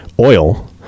oil